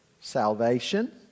salvation